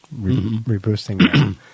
reboosting